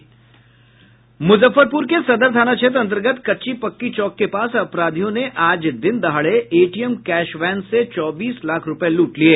मुजफ्फरपुर के सदर थाना क्षेत्र अंतर्गत कच्ची पक्की चौक के पास अपराधियों ने आज दिन दहाड़े एटीएम कैश वैन से चौबीस लाख रूपये लूट लिये